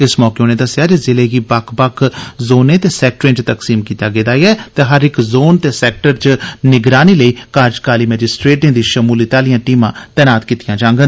इस मौके उनें दस्सेआ जे जिले गी बक्ख बक्ख जोनें ते सैक्टरें च तकसीम कीता गेदा ऐ ते हर इक जोन ते सैक्टर च निगरानी लेई कार्यकारी मैजिस्ट्रेटें दी शमूलियत आह्लिआं टीमां तैनात कीतीआं जाङन